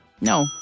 No